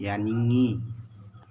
ꯌꯥꯅꯤꯡꯉꯤ